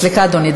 סליחה, אדוני.